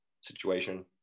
situation